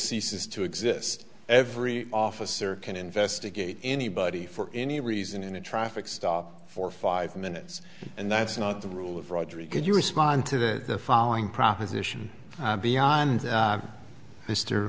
ceases to exist every officer can investigate anybody for any reason in a traffic stop for five minutes and that's not the rule of rodriguez you respond to the following proposition beyond